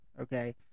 Okay